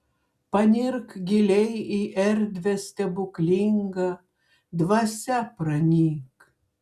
panirk giliai į erdvę stebuklingą dvasia pranyk